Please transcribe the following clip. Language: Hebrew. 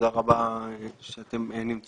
תודה רבה על נוכחותכם.